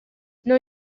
non